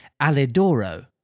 Alidoro